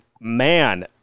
man